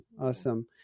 Awesome